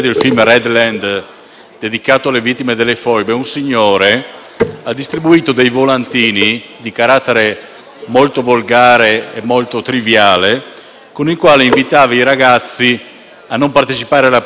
ha distribuito dei volantini di carattere molto volgare e triviale, con i quali invitava i ragazzi a non partecipare alla proiezione, definendo il film in maniera che qui non si può